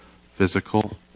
physical